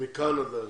או מקנדה,